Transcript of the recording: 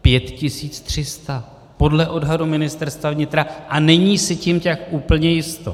5 300 podle odhadu Ministerstva vnitra a není si tím tak úplně jisto!